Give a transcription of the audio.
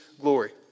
glory